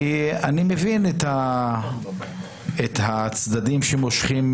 אני מבין את הצדדים שמושכים